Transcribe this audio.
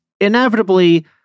Inevitably